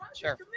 Sure